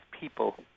people